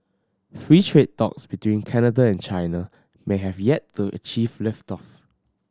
free trade talks between Canada and China may have yet to achieve lift off